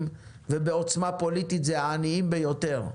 ובעוצמה פוליטית הם העניים ביותר.